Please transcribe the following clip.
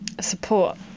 support